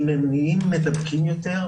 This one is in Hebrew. אם הם נהיים מדבקים יותר,